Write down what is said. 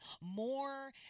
more